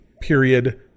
period